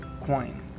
coin